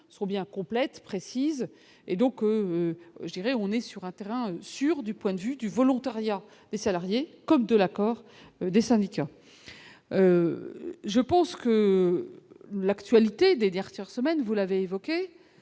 sont bien complètes, précises et donc je dirais on est sur un terrain sur du point de vue du volontariat des salariés comme de l'accord des syndicats. Je pense que l'actualité des dernières semaines, vous l'avez évoqué